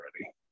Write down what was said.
already